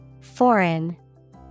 Foreign